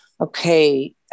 Okay